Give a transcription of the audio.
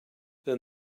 then